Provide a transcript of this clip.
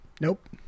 nope